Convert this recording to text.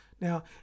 Now